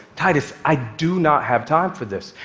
titus, i do not have time for this.